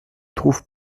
trouve